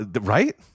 right